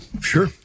Sure